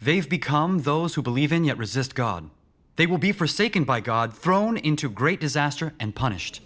they've become those who believe in yet resist god they will be for saken by god thrown into great disaster and punished